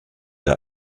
der